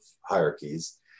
hierarchies